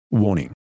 Warning